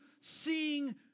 seeing